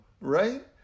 right